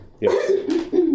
Yes